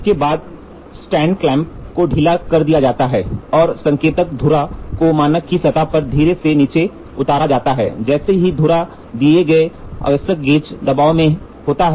इसके बाद stand clamp को ढीला कर दिया जाता है और संकेतक धुरा को मानक की सतह पर धीरे से नीचे उतारा जाता है जैसे कि धुरा दिए गए आवश्यक गेज दबाव में होता है